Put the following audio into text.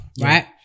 right